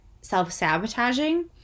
self-sabotaging